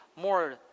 more